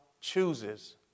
chooses